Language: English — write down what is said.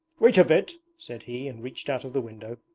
wait a bit said he and reached out of the window.